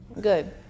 good